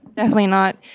definitely not.